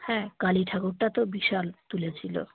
হ্যাঁ কালী ঠাকুরটা তো বিশাল তুলেছিলো